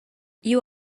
you